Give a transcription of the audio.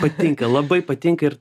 patinka labai patinka ir